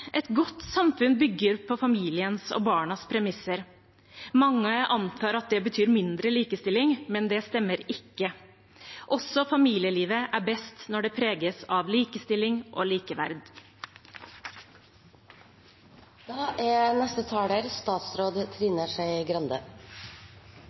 Et godt samfunn bygger på familiens og barnas premisser. Mange antar at det betyr mindre likestilling, men det stemmer ikke. Også familielivet er best når det preges av likestilling og